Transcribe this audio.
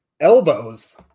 elbows